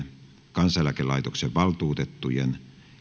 kansaneläkelaitoksen valtuutettujen